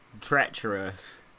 treacherous